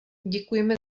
děkujeme